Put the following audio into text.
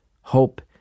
hope